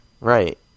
right